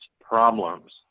problems